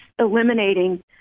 eliminating